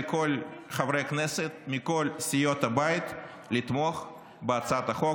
לכל חברי הכנסת מכל סיעות הבית לתמוך בהצעת החוק.